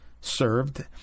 served